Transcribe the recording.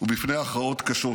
ובפני הכרעות קשות.